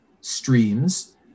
streams